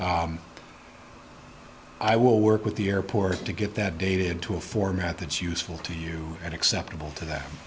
i will work with the airport to get that data into a format that useful to you at acceptable to th